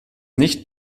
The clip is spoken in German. nicht